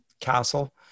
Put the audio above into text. castle